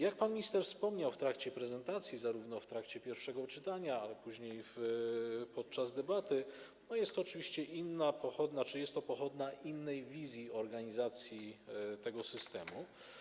Jak pan minister wspomniał w trakcie prezentacji zarówno podczas pierwszego czytania, jak i później w czasie debaty, jest to oczywiście inna pochodna czy jest to pochodna innej wizji organizacji tego systemu.